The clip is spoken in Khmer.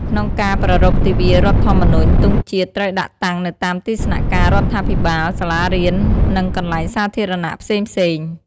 ក្នុងការប្រារព្ធទិវារដ្ឋធម្មនុញ្ញ ទង់ជាតិត្រូវដាក់តាំងនៅតាមទីស្នាក់ការរដ្ឋាភិបាល សាលារៀន និងកន្លែងសាធារណៈផ្សេងៗ។